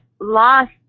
lost